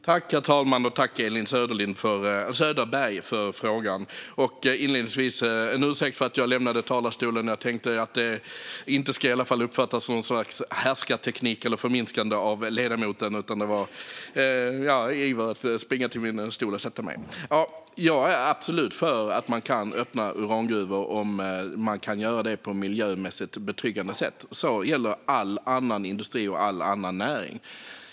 Herr talman! Jag tackar Elin Söderberg för frågan. Jag är absolut för att man kan öppna urangruvor om det kan göras på ett miljömässigt betryggande sätt. Det gäller all industri och annan näring.